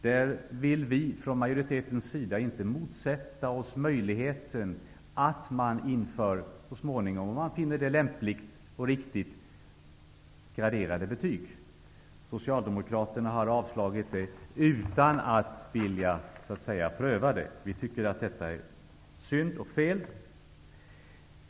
Där vill vi från majoritetens sida inte motsätta oss möjligheten att så småningom, om det är lämpligt och riktigt, införa graderade betyg. Socialdemokraterna har avstyrkt förslaget utan att att vilja pröva det. Vi tycker att detta är synd, och det är fel.